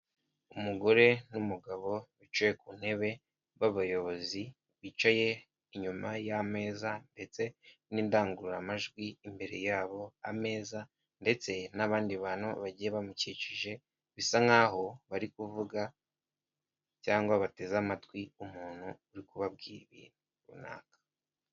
Umugore n'umugabo bicaye ku ntebe babayobozi bicaye inyuma y'ameza, ndetse n'indangururamajwi imbere yabo, ameza ndetse n'abandi bantu bagiye bamukikije, bisa nkaho bari kuvuga cyangwa bateze amatwi umuntu uri kubabwira ibintu runaka.